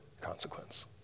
consequence